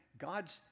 God's